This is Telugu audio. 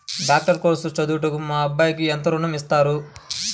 డాక్టర్ కోర్స్ చదువుటకు మా అబ్బాయికి ఎంత ఋణం ఇస్తారు?